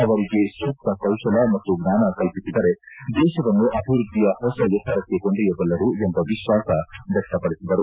ಅವರಿಗೆ ಸೂಕ್ತ ಕೌಶಲ್ವ ಮತ್ತು ಜ್ಞಾನ ಕಲ್ಪಿಸಿದರೆ ದೇಶವನ್ನು ಅಭಿವೃದ್ದಿಯ ಹೊಸ ಎತ್ತರಕ್ಕೆ ಕೊಂಡೊಯ್ಲಬಲ್ಲರು ಎಂಬ ವಿಶ್ವಾಸ ವ್ಯಕ್ತಪಡಿಸಿದರು